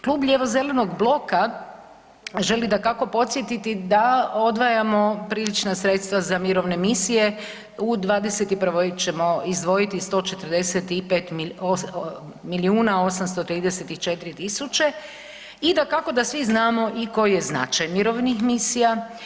Klub lijevo-zelenog bloka želi dakako podsjetiti da odvajamo prilična sredstva za mirovine misije u '21. ćemo izdvojiti 145 milijuna 834 tisuće i dakako da svi znamo i koji je značaj mirovnih misija.